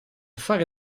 fare